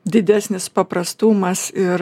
didesnis paprastumas ir